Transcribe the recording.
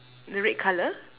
the red colour